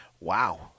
Wow